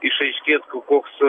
išaiškės koks